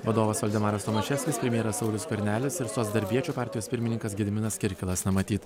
vadovas valdemaras tomaševskis premjeras saulius skvernelis ir socdarbiečių partijos pirmininkas gediminas kirkilas na matyt